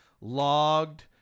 logged